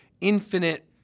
infinite